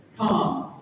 come